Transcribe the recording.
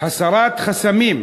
הסרת חסמים.